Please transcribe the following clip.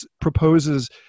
proposes